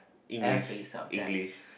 English English